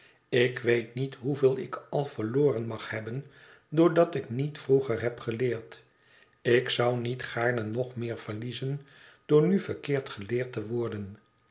ik weet niet hoeveel ik al verloren mag hebben doordat ik niet vroeger heb geleerd ik zou niet gaarne nog meer verliezen door nu verkeerd geleerd te worden